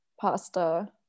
pasta